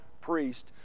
priest